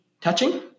touching